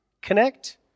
connect